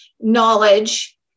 knowledge